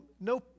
no